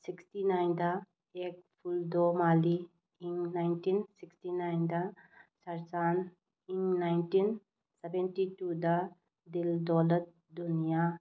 sixty ꯅꯥꯏꯟꯗ ꯑꯦꯛ ꯀꯨꯜꯗꯣ ꯃꯥꯜꯂꯤ ꯏꯪ ꯅꯥꯏꯟꯇꯤꯟ ꯁꯤꯛꯁꯇꯤ ꯅꯥꯏꯟꯗ ꯁꯔꯆꯥꯟ ꯏꯪ ꯅꯥꯏꯟꯇꯤꯟ ꯁꯕꯦꯟꯇꯤ ꯇꯨꯗ ꯗꯤꯜ ꯗꯣꯂꯠ ꯗꯨꯅꯤꯌꯥ